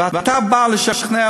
ואתה בא לשכנע